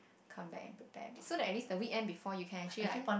come back and prepare a bit so that at least the weekend before you can actually like